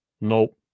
nope